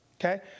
Okay